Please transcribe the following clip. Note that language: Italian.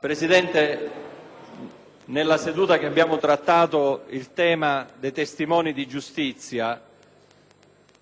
Presidente, nella seduta in cui abbiamo trattato il tema dei testimoni di giustizia